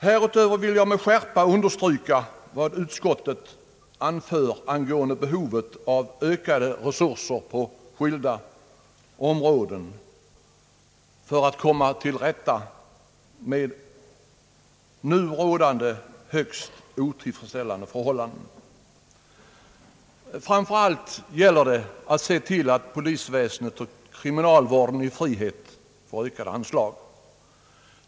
Jag vill här med skärpa understryka vad utskottet anför om behovet av ökade resurser på skilda områden för att komma till rätta med de synnerligen otillfredsställande förhållanden som nu råder. Det gäller framför allt att sc till att polisväsendet och kriminalvården i frihet får ökade anslag.